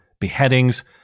beheadings